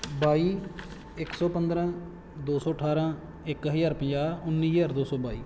ਬਾਈ ਇੱਕ ਸੌ ਪੰਦਰਾਂ ਦੋ ਸੌ ਅਠਾਰਾਂ ਇੱਕ ਹਜ਼ਾਰ ਪੰਜਾਹ ਉੱਨੀ ਹਜ਼ਾਰ ਦੋ ਸੌ ਬਾਈ